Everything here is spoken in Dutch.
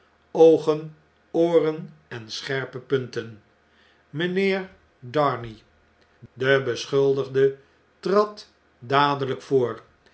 ooren en scherpe punten mjjnheer darnay de beschuldigde trad dadeljjk voor